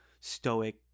stoic